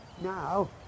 now